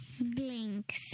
Blinks